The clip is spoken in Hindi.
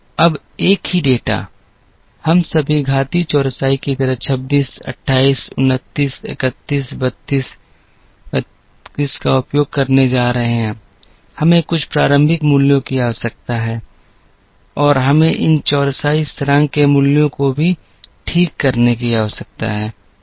अब एक ही डेटा हम सभी घातीय चौरसाई की तरह 26 28 29 31 32 32 का उपयोग करने जा रहे हैं हमें कुछ प्रारंभिक मूल्यों की आवश्यकता है और हमें इन चौरसाई स्थिरांक के मूल्यों को भी ठीक करने की आवश्यकता है